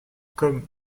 comme